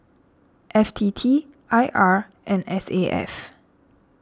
F T T I R and S A F